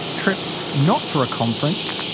trips not for a conference,